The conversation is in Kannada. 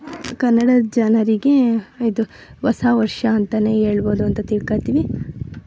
ಕನ್ನಡ ಜನರಿಗೆ ಇದು ಹೊಸ ವರ್ಷ ಅಂತೆಯೇ ಹೇಳ್ಬೋದು ಅಂತೆ ತಿಳ್ಕೋಳ್ತೀವಿ